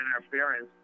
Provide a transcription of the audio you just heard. interference